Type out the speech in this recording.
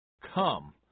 Come